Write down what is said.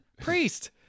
priest